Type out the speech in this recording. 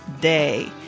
day